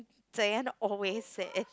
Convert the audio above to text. Ze-Yan always said